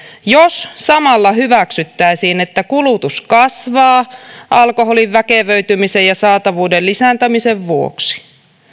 jos samalla hyväksyttäisiin että kulutus kasvaa alkoholin väkevöitymisen ja saatavuuden lisääntymisen vuoksi